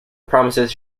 promises